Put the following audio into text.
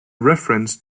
reference